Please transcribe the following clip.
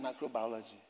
microbiology